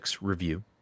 review